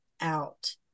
out